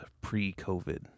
pre-COVID –